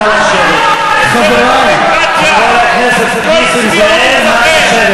חבר הכנסת זחאלקה.